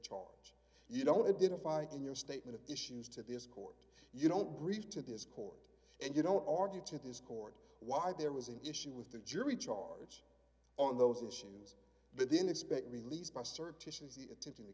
charge you don't identify in your statement of issues to this court you don't brief to this court and you don't argue to this court why there was an issue with the jury charge on those issues but then expect release by surreptitiously attempting to